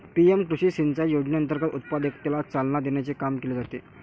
PM कृषी सिंचाई योजनेअंतर्गत उत्पादकतेला चालना देण्याचे काम केले जाते